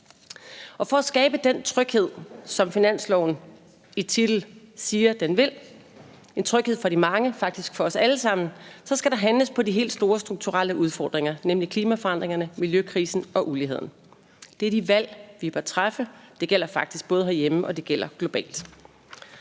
For at skabe den tryghed, som finansloven i titel siger den vil, en tryghed for de mange, faktisk for os alle sammen, så skal der handles på de helt store strukturelle udfordringer, nemlig klimaforandringerne, miljøkrisen og uligheden. Det er de valg, vi bør træffe. Det gælder faktisk både herhjemme, og det gælder globalt.